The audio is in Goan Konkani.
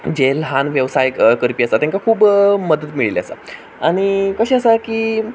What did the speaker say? जे ल्हान वेवसाय करपी आसा तेंकां खूब मदत मेळिल्ली आसा आनी कशें आसा की